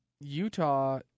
Utah